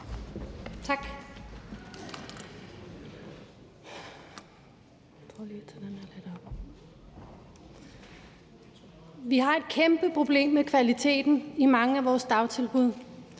Tak. Vi har et kæmpe problem med kvaliteten i mange af vores dagtilbud,